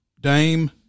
Dame